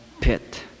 pit